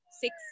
six